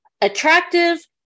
attractive